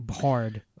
hard